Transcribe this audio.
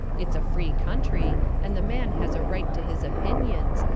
it's a free country, and the man has a right to his opinions,